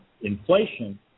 inflation